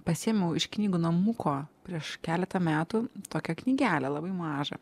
pasiėmiau iš knygų namuko prieš keletą metų tokią knygelę labai mažą